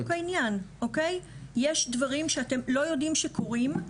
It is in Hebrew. זה בדיוק העניין, יש דברים שאתם לא יודעים שקורים.